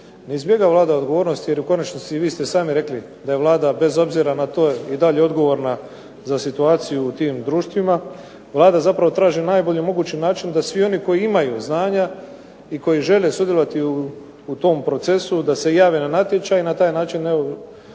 Ne izbjegava Vlada odgovornost jer u konačnici vi ste sami rekli da bez obzira na to Vlada je odgovorna za situaciju u tim društvima, Vlada zapravo traži najbolji mogući način da svi oni koji imaju znanja i koji žele sudjelovati u tom procesu da se jave na natječaj, na taj način nudi